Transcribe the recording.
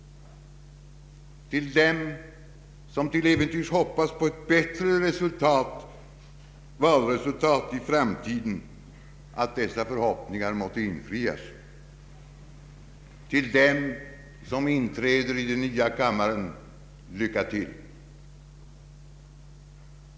Till dem som till äventyrs hoppas på ett bättre valresultat i framtiden må dessa förhoppningar infrias. Till dem som inträder i den nya enkammaren lycka till.